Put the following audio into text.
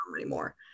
anymore